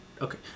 Okay